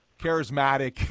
charismatic